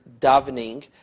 davening